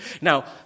Now